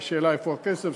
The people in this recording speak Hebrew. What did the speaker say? יש שאלה איפה הכסף,